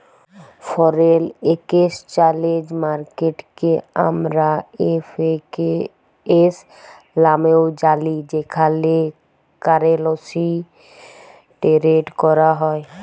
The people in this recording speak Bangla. ফ্যরেল একেসচ্যালেজ মার্কেটকে আমরা এফ.এ.কে.এস লামেও জালি যেখালে কারেলসি টেরেড ক্যরা হ্যয়